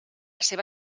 seva